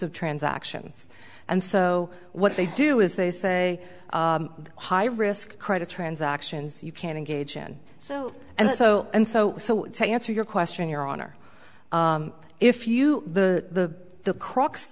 of transactions and so what they do is they say high risk credit transactions you can't engage in so and so and so so to answer your question your honor if you the the crux